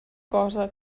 cosa